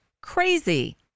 crazy